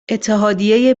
اتحادیه